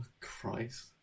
Christ